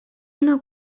una